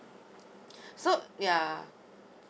so yeah